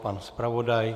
Pan zpravodaj?